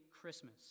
Christmas